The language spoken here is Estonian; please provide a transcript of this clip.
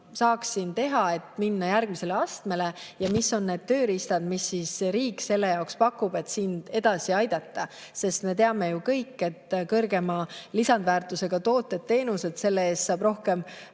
saaksin teha, et minna järgmisele astmele, ja mis on need tööriistad, mida riik selle jaoks pakub, et sind edasi aidata. Me teame ju kõik, et kõrgema lisandväärtusega toodete-teenuste eest saab rohkem